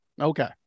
Okay